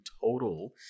total